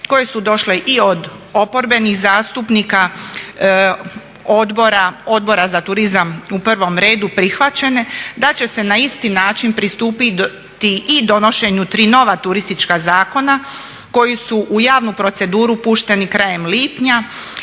koje su došle i od oporbenih zastupnika odbora, Odbora za turizam u prvom redu, prihvaćene, da će se na isti način pristupiti i donošenju tri nova turistička zakona koji su u javnu proceduru pušteni krajem lipnja